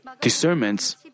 discernments